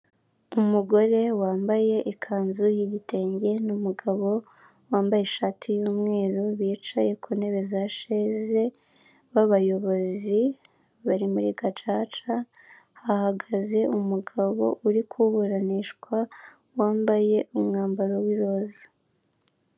Umugore wambaye ikanzu y'igitenge n'umugabo wambaye ishati y'umweru, bicaye ku ntebe za sheze b'abayobozi, bari muri gacaca, hahagaze umugabo uri kuburanishwa wambaye umwambaro w'i roza.